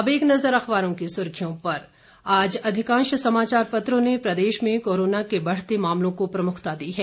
अब एक नज़र अखबारों की सुर्खियों पर आज अधिकांश समाचार पत्रों ने प्रदेश में कोरोना के बढ़ते मामलों को प्रमुखता दी है